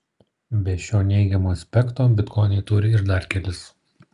be šio neigiamo aspekto bitkoinai turi ir dar kelis